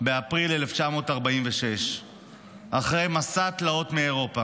באפריל 1946 אחרי מסע תלאות מאירופה.